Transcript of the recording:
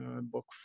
book